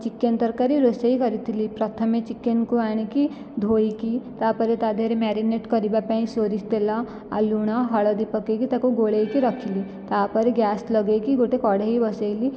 chicken ତରକାରୀ ରୋଷେଇ କରିଥିଲି ପ୍ରଥମେ ଚିକେନ୍କୁ ଆଣିକି ଧୋଇକି ତା'ପରେ ତା' ଦେହରେ ମ୍ୟାରିନେଟ୍ କରିବା ପାଇଁ ସୋରିଷ ତେଲ ଆଉ ଲୁଣ ହଳଦୀ ପକାଇକି ତାକୁ ଗୋଳାଇକି ରଖିଲି ତା'ପରେ ଗ୍ୟାସ୍ ଲଗାଇକି ଗୋଟିଏ କଡ଼େଇ ବସାଇଲି